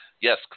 yes